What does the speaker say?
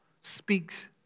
speaks